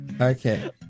Okay